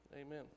Amen